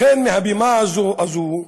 לכן, מהבימה הזאת,